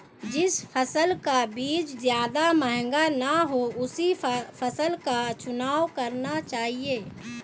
जिस फसल का बीज ज्यादा महंगा ना हो उसी फसल का चुनाव करना चाहिए